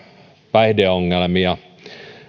päihdeongelmia